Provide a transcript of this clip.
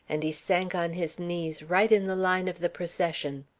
and he sank on his knees right in the line of the procession.